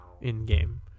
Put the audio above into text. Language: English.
In-game